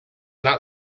not